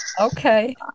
Okay